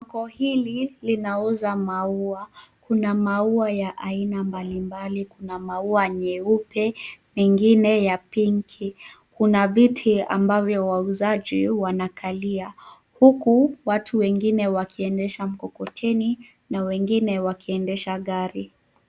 Soko hili linauza maua. Kuna maua ya aina mbalimbali. Kuna maua nyeupe, mengine ya pinki. Kuna viti ambavyo wauzaji wanakalia huku watu wengine wakiendesha mkokoteni na wengine wakiendesha gari.